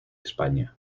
españa